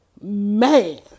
man